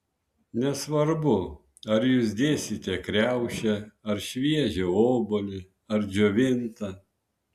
nesvarbu ar jūs dėsite kriaušę ar šviežią obuolį ar džiovintą